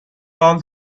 all